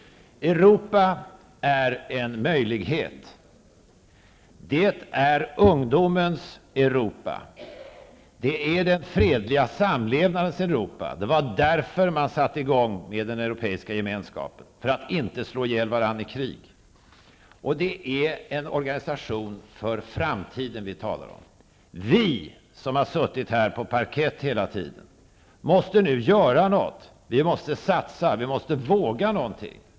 Europa är en möjlighet. Det är ungdomens Europa. Det är den fredliga samlevnadens Europa. Det var därför man satte i gång med den europeiska gemenskapen, för att inte slå ihjäl varandra i krig. Det är en organisation för framtiden vi talar om. Vi som har suttit här på parkett hela tiden måste nu göra någonting, vi måste satsa, vi måste våga någonting.